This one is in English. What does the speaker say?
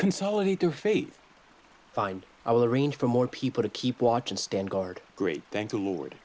consolidate their faith find i will arrange for more people to keep watch and stand guard great thank the lord